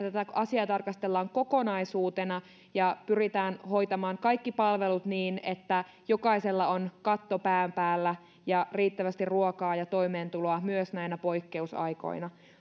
tätä asiaa tarkastellaan kokonaisuutena ja pyritään hoitamaan kaikki palvelut niin että jokaisella on katto pään päällä ja riittävästi ruokaa ja toimeentuloa myös näinä poikkeusaikoina